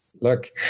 look